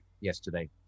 yesterday